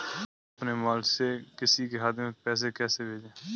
अपने मोबाइल से किसी के खाते में पैसे कैसे भेजें?